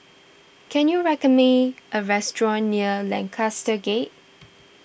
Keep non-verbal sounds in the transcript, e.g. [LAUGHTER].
can you record me a restaurant near Lancaster Gate [NOISE]